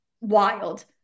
wild